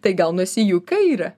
tai gaunasi jų kaire